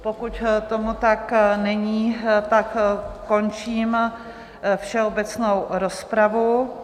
Pokud tomu tak není, končím všeobecnou rozpravu.